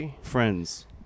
friends